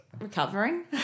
recovering